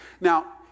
Now